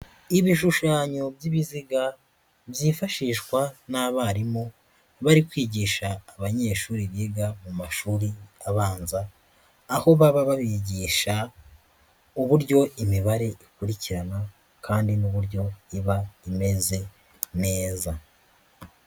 Ibishushanyo by'ibiziga byifashishwa n'abarimu bari kwigisha abanyeshuri biga mu mashuri abanza, aho baba babigisha uburyo imibare ikurikirana kandi n'uburyo iba imeze neza.